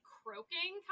croaking